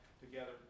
together